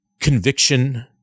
conviction